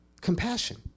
Compassion